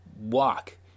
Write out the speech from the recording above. walk